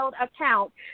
account